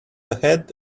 ahead